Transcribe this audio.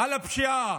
על הפשיעה,